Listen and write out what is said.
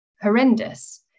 horrendous